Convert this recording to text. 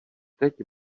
teď